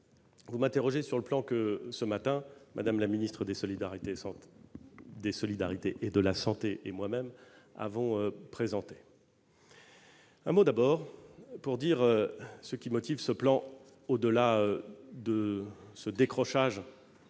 vous m'interrogez sur le plan que, ce matin, Mme la ministre des solidarités et de la santé et moi-même avons présenté. Un mot d'abord pour dire ce qui motive ce plan au-delà de ce décrochage